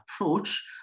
approach